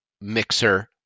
mixer